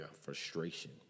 frustration